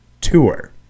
Tour